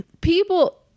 people